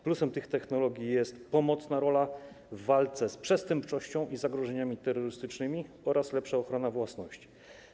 Plusem tych technologii jest pomocna rola w walce z przestępczością i zagrożeniami terrorystycznymi oraz lepsza ochrona własności.